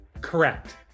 Correct